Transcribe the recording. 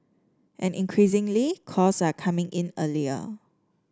and increasingly calls are coming in earlier